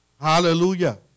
Hallelujah